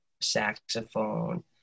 saxophone